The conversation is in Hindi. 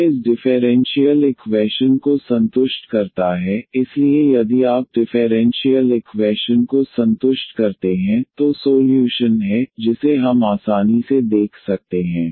यह इस डिफेरेंशीयल इक्वैशन को संतुष्ट करता है इसलिए यदि आप डिफेरेंशीयल इक्वैशन को संतुष्ट करते हैं तो सोल्यूशन है जिसे हम आसानी से देख सकते हैं